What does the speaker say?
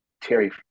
Terry